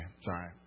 sorry